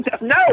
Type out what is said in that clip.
No